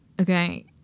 okay